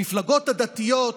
המפלגות הדתיות,